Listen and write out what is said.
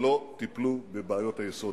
שלא טיפלו בבעיות הללו.